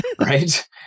right